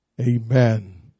Amen